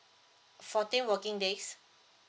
fourteen working days